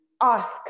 ask